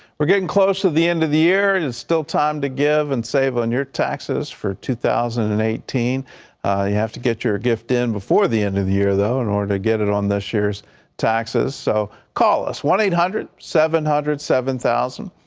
we're getting close to the end of the year, and it's still time to give and save on your taxes for two thousand and eighteen you have to get your gift in before the end of the year though in order to get it on this years taxes. so call us, one eight hundred seven hundred seven thousand,